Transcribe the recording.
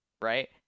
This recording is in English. right